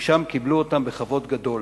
ששם קיבלו אותם בכבוד גדול.